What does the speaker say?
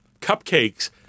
cupcakes –